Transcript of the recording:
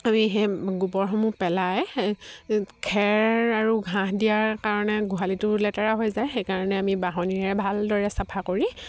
আমি সেই গোবৰসমূহ পেলাই খেৰ আৰু ঘাঁহ দিয়াৰ কাৰণে গোহালিটো লেতেৰা হৈ যায় সেইকাৰণে আমি বাঁহনীৰে ভালদৰে চাফা কৰি